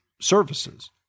services